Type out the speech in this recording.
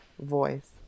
voice